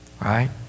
Right